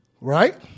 right